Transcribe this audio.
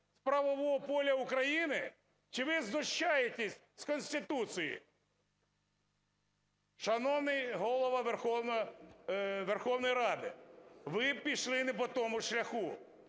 з правового поля України? Чи ви знущаєтесь з Конституції? Шановний Голова Верховної Ради, ви пішли не по тому шляху.